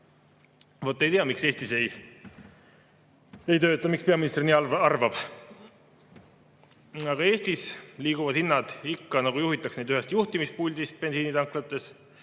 Vot ei tea, miks see Eestis ei toimi, miks peaminister nii arvab. Aga Eestis liiguvad hinnad ikka nii, nagu juhitaks neid ühest juhtimispuldist, bensiinitanklates